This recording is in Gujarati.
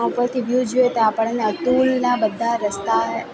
ઉપરથી વ્યૂ જોઈએ તો આપણને અતુલના બધા રસ્તા